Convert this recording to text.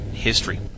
history